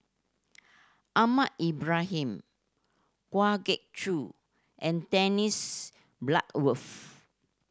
Ahmad Ibrahim Kwa Geok Choo and Dennis Bloodworth